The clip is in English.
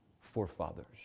forefathers